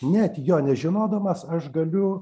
net jo nežinodamas aš galiu